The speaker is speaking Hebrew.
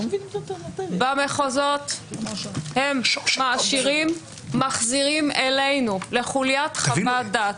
במחוזות הם מעשירים ומחזירים אלינו לחוליית חוות דעת.